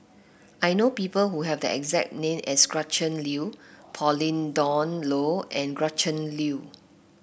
I know people who have the exact name as Gretchen Liu Pauline Dawn Loh and Gretchen Liu